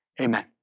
Amen